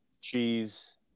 cheese